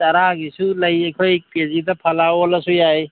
ꯇꯔꯥꯒꯤꯁꯨ ꯂꯩ ꯑꯩꯈꯣꯏ ꯀꯦ ꯖꯤꯗ ꯐꯂꯥ ꯑꯣꯜꯂꯁꯨ ꯌꯥꯏ